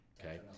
Okay